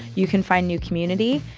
you can find new community,